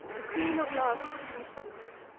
the queen of love consents,